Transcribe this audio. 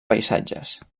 paisatges